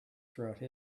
throughout